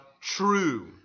true